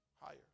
Higher